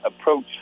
approach